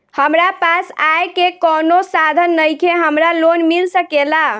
हमरा पास आय के कवनो साधन नईखे हमरा लोन मिल सकेला?